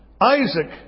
Isaac